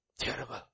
Terrible